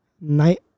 Night-